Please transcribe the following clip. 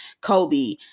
Kobe